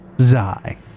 Zai